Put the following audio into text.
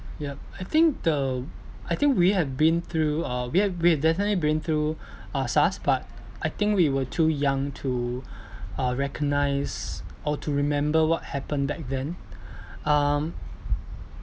yup I think the I think we have been through uh we have we have definitely been through uh SARS but I think we were too young to uh recognise or to remember what happened back then um